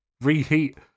reheat